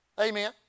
Amen